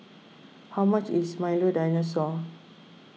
how much is Milo Dinosaur